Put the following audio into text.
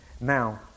Now